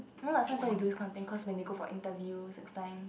no lah sometimes they do this kind of thing cause when you go for interview next time